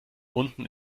unten